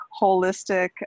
holistic